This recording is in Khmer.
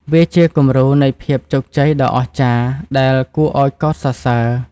វាជាគំរូនៃភាពជោគជ័យដ៏អស្ចារ្យដែលគួរឱ្យកោតសរសើរ។